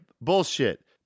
bullshit